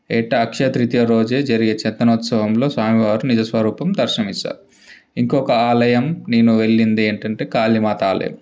ఏటా అక్షయ తృతీయ రోజే జరిగే చందనోత్సవంలో స్వామివారి నిజ స్వరూపం దర్శనమిస్తారు ఇంకొక ఆలయం నేను వెళ్ళింది ఏంటంటే కాళీమాత ఆలయం